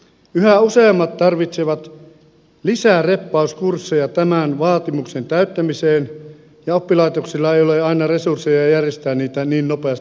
yhä useammat tarvitsevat lisäpreppauskursseja tämän vaatimuksen täyttämiseen ja oppilaitoksilla ei ole aina resursseja järjestää niitä niin nopeasti kuin pitäisi